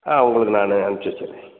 ஆ உங்களுக்கு நான் அனுப்ச்சு வெச்சிடறேன்